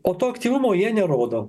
o to aktyvumo jie nerodo